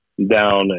Down